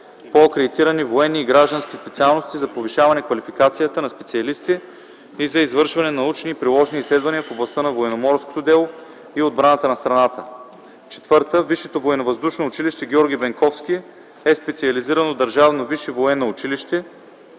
по акредитирани военни и граждански специалности за повишаване квалификацията на специалистите и за извършване на научни и приложни изследвания в областта на военноморското дело и отбраната на страната. (4) Висшето военновъздушно